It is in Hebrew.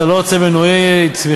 אתה לא רוצה מנועי צמיחה?